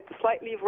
slightly